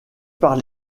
par